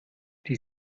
die